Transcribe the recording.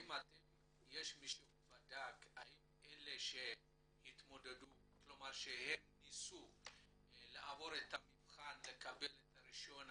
האם מישהו בדק אם הם ניסו לעבור את המבחן לקבל את הרישיון,